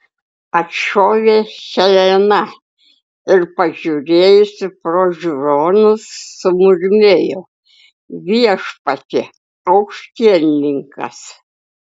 atšovė helena ir pažiūrėjusi pro žiūronus sumurmėjo viešpatie aukštielninkas